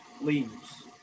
leaves